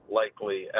likely